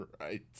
right